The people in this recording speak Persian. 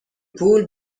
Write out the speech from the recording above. پول